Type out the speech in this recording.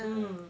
mm